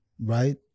right